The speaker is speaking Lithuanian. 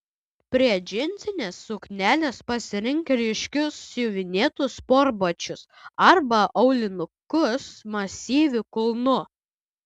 prie džinsinės suknelės pasirink ryškius siuvinėtus sportbačius arba aulinukus masyviu kulnu